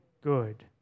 good